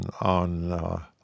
on